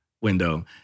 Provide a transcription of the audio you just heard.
window